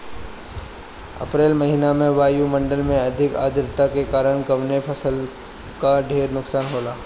अप्रैल महिना में वायु मंडल में अधिक आद्रता के कारण कवने फसल क ढेर नुकसान होला?